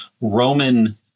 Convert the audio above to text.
Roman